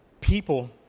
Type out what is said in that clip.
people